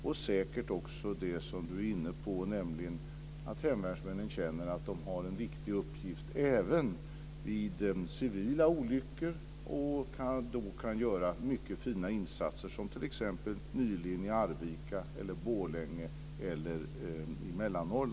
Det som Anna Lilliehöök är inne på är säkert också viktigt, nämligen att hemvärnsmännen känner att de har en viktig uppgift även vid civila olyckor och då kan göra mycket fina insatser, som vi nyligen har sett i t.ex.